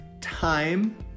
time